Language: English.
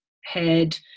head